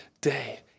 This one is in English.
day